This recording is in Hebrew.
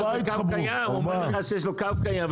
ומימנו קדם מימון לחברות האלה גם בתל השומר,